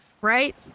right